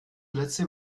letzte